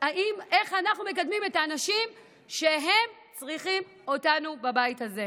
איך אנחנו מקדמים את האנשים שצריכים אותנו בבית הזה.